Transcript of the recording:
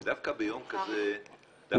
ודווקא ביום כזה יש